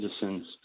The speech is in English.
citizens